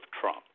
Trump